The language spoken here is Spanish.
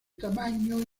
tamaño